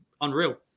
unreal